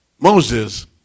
Moses